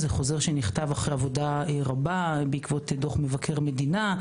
זה חוזר שנכתב אחרי עבודה רבה בעקבות דוח מבקר המדינה,